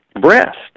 breast